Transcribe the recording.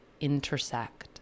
intersect